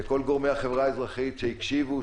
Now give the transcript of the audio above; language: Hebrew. כל גורמי החברה האזרחית שהקשיבו,